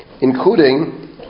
including